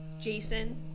Jason